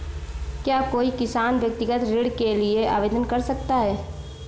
क्या कोई किसान व्यक्तिगत ऋण के लिए आवेदन कर सकता है?